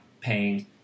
paying